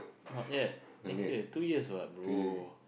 not year next year two years what bro